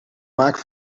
maken